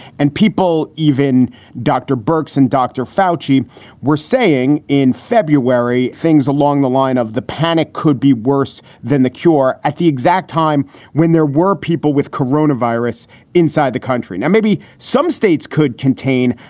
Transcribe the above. and people, even dr. berk's and dr. foushee were saying in february, things along the line of the panic could be worse than the cure at the exact time when there were people with corona virus inside the country. now, maybe some states could contain.